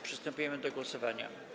Przystępujemy do głosowania.